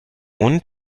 und